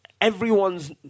everyone's